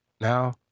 now